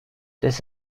this